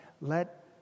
Let